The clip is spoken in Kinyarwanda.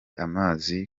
amazi